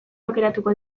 aukeratuko